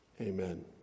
Amen